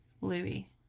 Louis